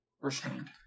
Restrained